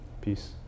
Peace